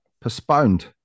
postponed